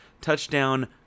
touchdown